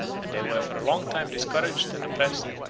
and they were for a long time discouraged and oppressed,